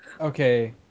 okay